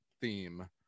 theme